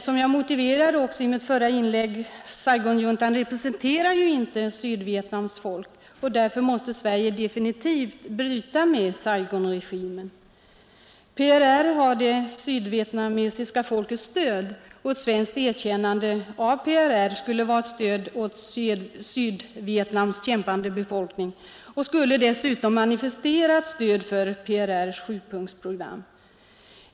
Som jag motiverade också i mitt förra inlägg representerar inte Saigonjuntan Sydvietnams folk. Därför måste Sverige definitivt bryta med Saigonregimen. PRR har det sydvietnamesiska folkets stöd. Ett svenskt erkännande av PRR skulle vara ett stöd åt Sydvietnams kämpande befolkning och skulle dessutom manifestera ett stöd för PRR:s sjupunktsprogram.